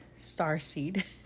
Starseed